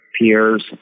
peers